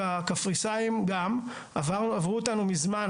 והקפריסאים גם עברו אותנו ממזמן,